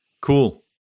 cool